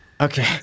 Okay